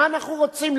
מה אנחנו רוצים?